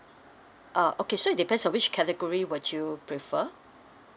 uh okay so it depends on which category would you prefer